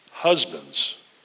Husbands